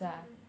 mm mm